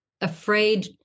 afraid